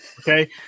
Okay